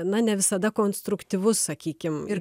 na ne visada konstruktyvus sakykim ir